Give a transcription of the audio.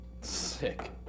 Sick